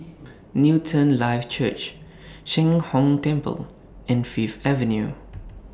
Newton Life Church Sheng Hong Temple and Fifth Avenue